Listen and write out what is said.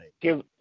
Give